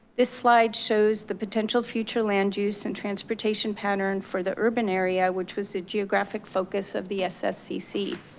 this slide shows the potential future land use and transportation pattern for the urban area which was the geographic focus of the ssscc.